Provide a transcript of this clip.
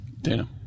Dana